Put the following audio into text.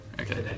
Okay